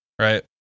right